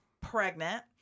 pregnant